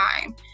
time